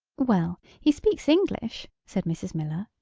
well, he speaks english, said mrs. miller.